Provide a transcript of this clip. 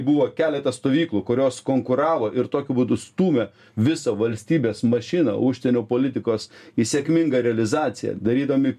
buvo keletas stovyklų kurios konkuravo ir tokiu būdu stūmė visą valstybės mašiną užsienio politikos į sėkmingą realizaciją darydami